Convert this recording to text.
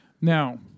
Now